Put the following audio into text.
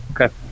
Okay